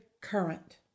current